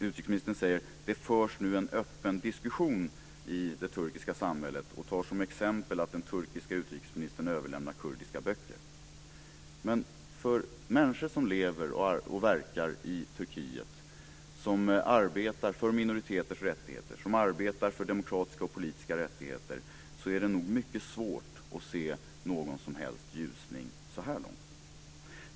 Utrikesministern säger att det förs en öppen diskussion i det turkiska samhället, och hon tar som exempel att den turkiske utrikesministern överlämnar kurdiska böcker. Men för människor som lever och verkar i Turkiet, som arbetar för minoriteters rättigheter, som arbetar för demokratiska och politiska rättigheter, är det nog mycket svårt att se någon som helst ljusning så här långt.